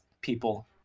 people